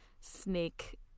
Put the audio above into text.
snake